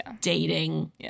dating